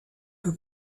que